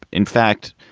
in fact,